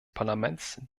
parlaments